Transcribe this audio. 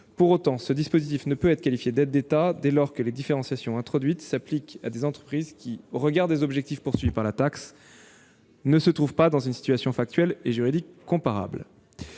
Pour autant, ce dispositif ne peut être qualifié d'aide d'État, dès lors que les différenciations introduites s'appliquent à des entreprises qui, au regard des objectifs de la taxe, ne se trouvent pas dans une situation factuelle et juridique comparable.